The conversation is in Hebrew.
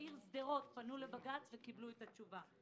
בעיר שדרות פנו לבג"ץ, וקיבלו את התשובה.